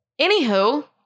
Anywho